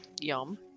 Yum